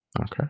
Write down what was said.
Okay